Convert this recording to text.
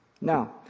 Now